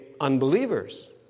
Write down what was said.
unbelievers